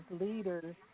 leaders